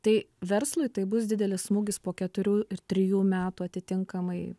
tai verslui tai bus didelis smūgis po keturių ir trijų metų atitinkamai